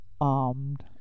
armed